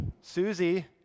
Susie